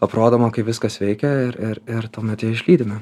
aprodoma kaip viskas veikia ir ir ir tuomet jie išlydimi